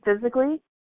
physically